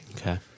okay